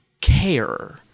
Care